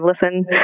listen